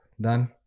done